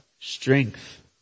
strength